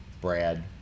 Brad